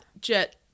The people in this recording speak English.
Jet –